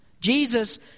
Jesus